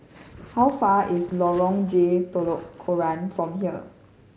how far is Lorong J Telok Kurau from here